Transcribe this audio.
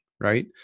Right